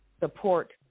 support